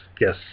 Yes